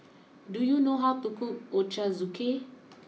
do you know how to cook Ochazuke